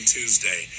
Tuesday